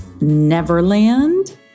Neverland